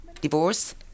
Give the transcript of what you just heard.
divorce